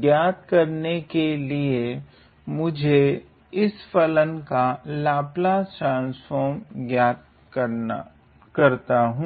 ज्ञात करने के लिए मुझे इस फलन का लाप्लास ट्रान्स्फ़ोर्म ज्ञात करता हूँ